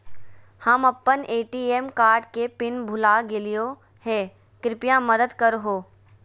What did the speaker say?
हम अप्पन ATM card के पिन भुला गेलिओ हे कृपया मदद कर हो